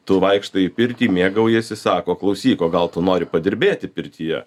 tu vaikštai į pirtį mėgaujiesi sako klausyk o gal tu nori padirbėti pirtyje